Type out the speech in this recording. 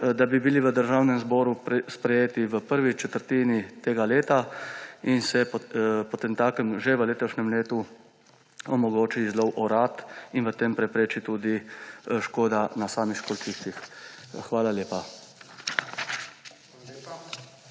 da bi bile v Državnem zboru sprejete v prvi četrtini tega leta in se potem že v letošnjem letu omogoči izlov orad in pri tem prepreči tudi škoda na samih školjčiščih. Hvala lepa.